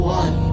one